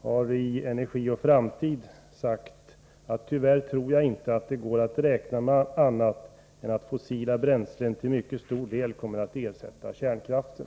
har i Energi och framtid sagt: Tyvärr tror jag inte att det går att räkna med annat än att fossila bränslen till mycket stor del kommer att ersätta kärnkraften.